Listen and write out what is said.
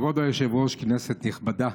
כבוד היושב-ראש, כנסת נכבדה,